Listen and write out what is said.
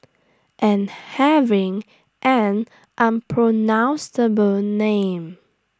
and having an unpronounceable name